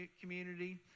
community